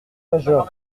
major